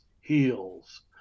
heals